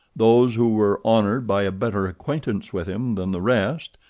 those who were honoured by a better acquaintance with him than the rest,